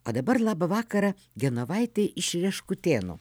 o dabar laba vakarą genovaitei iš reškutėnų